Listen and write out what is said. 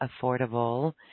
affordable